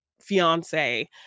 fiance